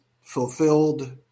fulfilled